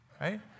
right